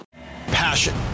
Passion